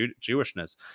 Jewishness